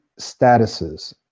statuses